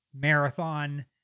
marathon